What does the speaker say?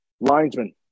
linesman